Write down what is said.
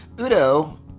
Udo